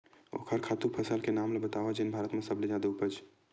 ओखर खातु फसल के नाम ला बतावव जेन भारत मा सबले जादा उपज?